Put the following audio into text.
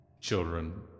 children